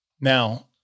Now